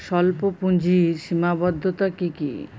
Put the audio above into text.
স্বল্পপুঁজির সীমাবদ্ধতা কী কী?